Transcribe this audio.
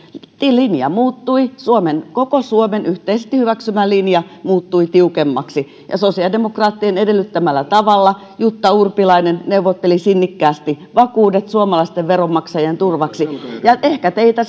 linja muuttui koko suomen yhteisesti hyväksymä linja muuttui tiukemmaksi ja sosiaalidemokraattien edellyttämällä tavalla jutta urpilainen neuvotteli sinnikkäästi vakuudet suomalaisten veronmaksajien turvaksi ehkä teitä